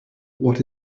what